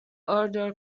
order